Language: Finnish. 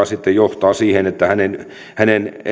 sitten johtaa siihen että hänen hänen